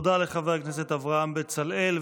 תודה לחבר הכנסת אברהם בצלאל.